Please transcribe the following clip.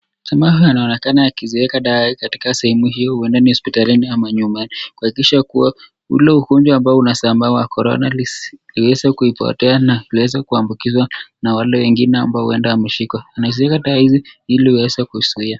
Tunaona akiziweka dawa katika sehemu hii uenda ni hopitalini ama nyumba kuakikisha kuwa ule ugonjwa ambao unazambaa wa korona liweze kupotea na kuweze kuambukizwa na wale uenda wameshikwa, wameweka taa hizi ili iweze kuzuia